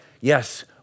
yes